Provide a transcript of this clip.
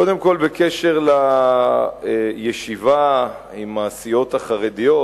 קודם כול, בקשר לישיבה עם הסיעות החרדיות.